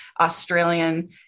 Australian